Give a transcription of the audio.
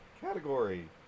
category